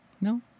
No